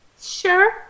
Sure